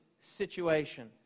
situation